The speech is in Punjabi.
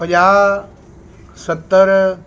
ਪੰਜਾਹ ਸੱਤਰ